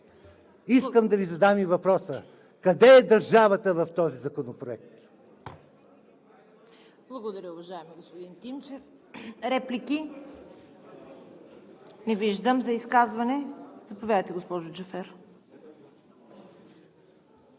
Искам да Ви задам и въпроса: къде е държавата в този законопроект?